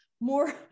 more